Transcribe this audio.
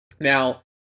Now